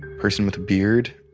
person with a beard,